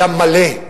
היה מלא,